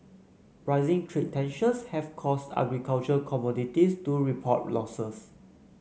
rising trade tensions have caused agricultural commodities to report losses